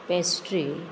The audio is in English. pastry